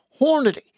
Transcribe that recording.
Hornady